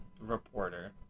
reporter